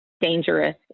dangerous